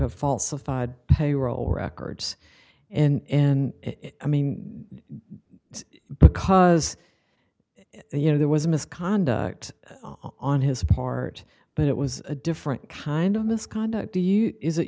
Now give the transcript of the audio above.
have falsified payroll records in it i mean because you know there was misconduct on his part but it was a different kind of misconduct